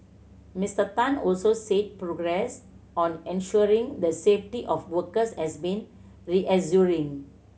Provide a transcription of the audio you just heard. Mister Tan also said progress on ensuring the safety of workers has been reassuring